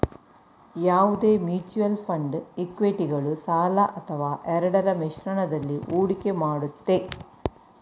ಯಾವುದೇ mutual fund ಇಕ್ವಿಟಿಗಳು ಸಾಲ ಅಥವಾ ಎರಡರ ಮಿಶ್ರಣದಲ್ಲಿ ಹೂಡಿಕೆ ಮಾಡುತ್ತೆ